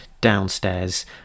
downstairs